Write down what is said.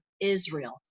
Israel